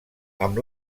amb